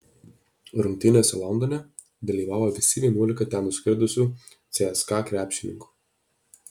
rungtynėse londone dalyvavo visi vienuolika ten nuskridusių cska krepšininkų